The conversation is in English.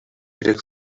tech